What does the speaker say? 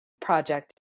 project